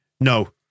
no